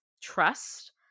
Trust